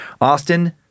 Austin